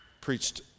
preached